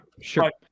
Sure